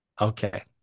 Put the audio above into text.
Okay